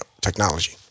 technology